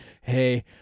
Hey